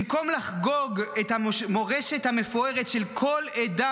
במקום לחגוג את המורשת המפוארת של כל עדה